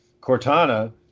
Cortana